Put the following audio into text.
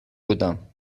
بودم